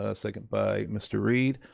ah second by mr. reid.